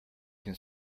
can